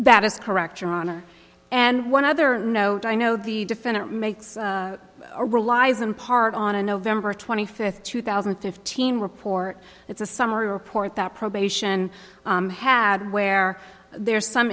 that is correct your honor and one other note i know the defendant makes a relies in part on a november twenty fifth two thousand and fifteen report it's a summary report that probation had where there's some